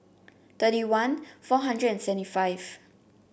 thirty one four hundred and seventy five